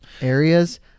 areas